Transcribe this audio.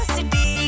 City